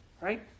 Right